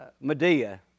Medea